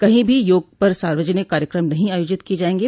कहीं भी योग पर सार्वजनिक कार्यक्रम नहीं आयोजित किये जायेंगे